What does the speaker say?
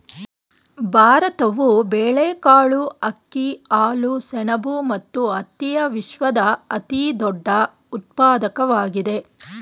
ಭಾರತವು ಬೇಳೆಕಾಳುಗಳು, ಅಕ್ಕಿ, ಹಾಲು, ಸೆಣಬು ಮತ್ತು ಹತ್ತಿಯ ವಿಶ್ವದ ಅತಿದೊಡ್ಡ ಉತ್ಪಾದಕವಾಗಿದೆ